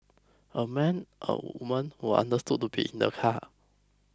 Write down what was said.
a man a woman were understood to be in the car